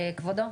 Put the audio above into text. כבודו.